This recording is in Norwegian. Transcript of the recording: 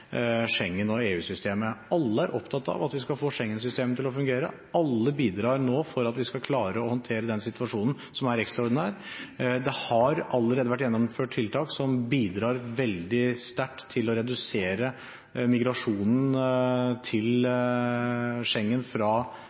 Schengen- og EU-systemet. Alle er opptatt av at vi skal få Schengen-systemet til å fungere. Alle bidrar nå for at vi skal klare å håndtere den situasjonen, som er ekstraordinær. Det har allerede vært gjennomført tiltak som bidrar veldig sterkt til å redusere migrasjonen til Schengen fra